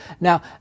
Now